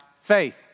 faith